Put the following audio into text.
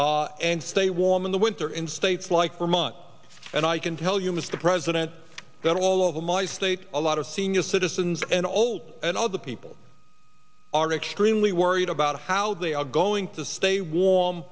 furnaces and stay warm in the winter in states like vermont and i can tell you mr president that all over my state a lot of senior citizens and old and other people are extremely worried about how they are going to stay warm